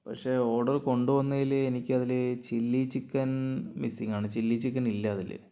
പക്ഷേ ഓർഡർ കൊണ്ടുവന്നതിൽ എനിക്കതിൽ ചില്ലി ചിക്കൻ മിസ്സിംഗ് ആണ് ചില്ലി ചിക്കൻ ഇല്ല അതിൽ